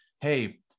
hey